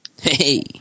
Hey